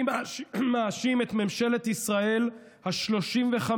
אני מאשים את ממשלת ישראל השלושים-ושש